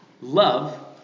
love